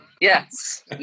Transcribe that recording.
Yes